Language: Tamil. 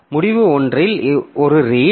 முடிவு 1 இல் ஒரு ரீட்